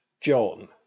John